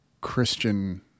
Christian